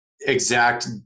exact